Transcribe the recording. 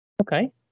okay